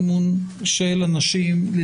"החלטתו של נציב תלונות הציבור בעניין שופטים